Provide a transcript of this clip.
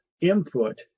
input